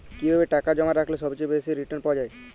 কিভাবে টাকা জমা রাখলে সবচেয়ে বেশি রির্টান পাওয়া য়ায়?